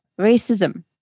racism